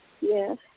Yes